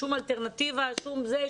אין אלטרנטיבה אחרת וזהו זה,